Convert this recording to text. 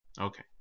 Okay